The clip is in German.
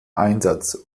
einsatz